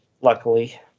Luckily